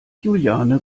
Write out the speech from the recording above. juliane